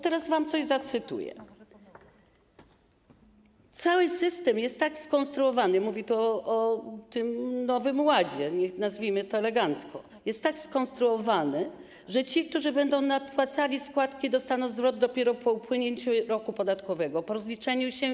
Teraz wam coś zacytuję: Cały system jest tak skonstruowany - mówi tu o tym Nowym Ładzie, nazwijmy to elegancko - że ci, którzy będą nadpłacali składki, dostaną zwrot dopiero po upłynięciu roku podatkowego, po rozliczeniu się.